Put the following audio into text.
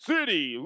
City